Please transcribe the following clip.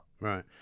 Right